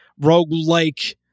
roguelike